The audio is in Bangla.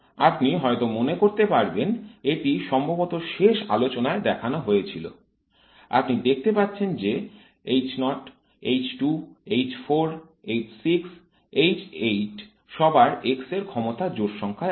আপনি হয়তো মনে করতে পারবেন এটি সম্ভবত শেষ আলোচনায় দেখানো হয়েছিল আপনি দেখতে পাচ্ছেন যে H 0 H 2 H 4 H 6 H 8 সবার x এর ক্ষমতা জোড় সংখ্যায় আছে